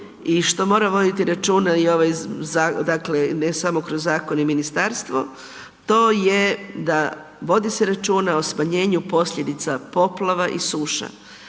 i što mora voditi računa i ovaj dakle ne samo kroz zakon i ministarstvo, to je da vodi se računa o smanjenju posljedica poplava i suša.